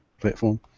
platform